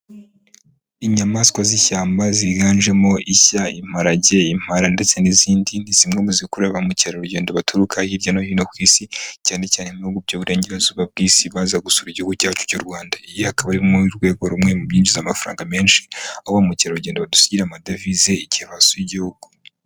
Inyamaswa z'ishyamba ziganjemo ishya, imparage, impala, ndetse n'izindi ni zimwe mu zikurura ba mukerarugendo baturuka hirya no hino ku Isi cyane cyane no mu Bihugu byo mu Burengerazuba bw'Isi baza gusura Igihugu cyacu cy'u Rwanda. Iyi akaba ari mu rwego rumwe mu byinjiza amafaranga menshi, aho ba mukerarugendo badusigira amadevize igihe basuye Igihugu.